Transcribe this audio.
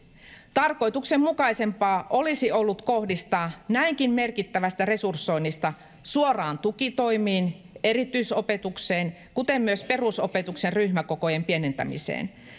tarkoituksenmukaisempaa olisi ollut kohdistaa näinkin merkittävästä resurssoinnista suoraan tukitoimiin erityisopetukseen kuten myös perusopetuksen ryhmäkokojen pienentämiseen